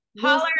Holler